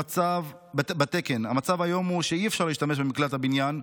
המצב היום הוא שאי-אפשר להשתמש במקלט הבניין.